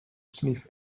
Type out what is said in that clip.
sniff